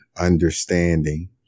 understanding